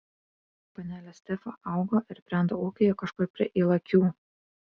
panelė stefa augo ir brendo ūkyje kažkur prie ylakių